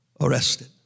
arrested